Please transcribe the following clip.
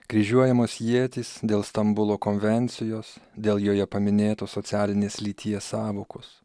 kryžiuojamos ietys dėl stambulo konvencijos dėl joje paminėtos socialinės lyties sąvokos